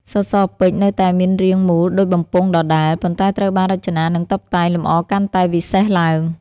សសរពេជ្រនៅតែមានរាងមូលដូចបំពង់ដដែល ប៉ុន្តែត្រូវបានរចនា និងតុបតែងលម្អកាន់តែវិសេសឡើង។